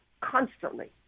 constantly